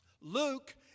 Luke